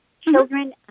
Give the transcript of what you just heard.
children